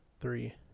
Three